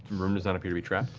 room does not appear to be trapped,